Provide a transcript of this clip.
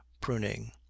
pruning